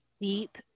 deep